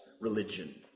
religion